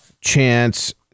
chance